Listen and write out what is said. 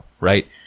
right